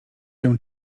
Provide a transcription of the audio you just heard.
się